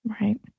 Right